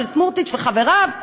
של סמוטריץ וחבריו,